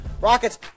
Rockets